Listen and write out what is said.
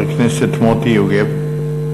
חבר הכנסת מוטי יוגב.